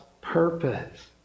purpose